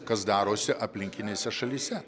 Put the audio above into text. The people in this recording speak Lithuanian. kas darosi aplinkinėse šalyse